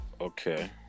Okay